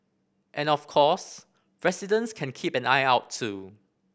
and of course residents can keep an eye out too